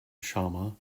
director